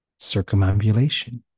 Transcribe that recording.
circumambulation